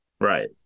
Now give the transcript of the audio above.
Right